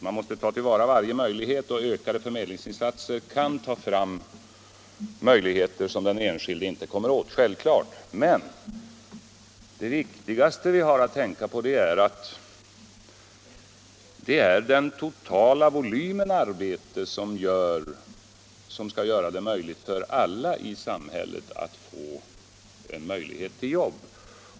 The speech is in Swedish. Man måste ta till vara varje möjlighet, och ökade förmedlingsinsatser kan självklart öppna möjligheter som den enskilde inte skulle finna på egen hand. Men det viktigaste vi har att tänka på är att det är den totala volymen arbete som skall göra det möjligt för alla i samhället att få jobb.